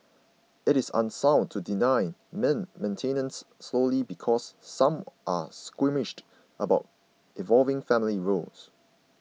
it is unsound to deny men maintenance solely because some are squeamish about evolving family roles